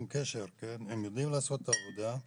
הם יודעים לעשות את העבודה.